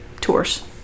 tours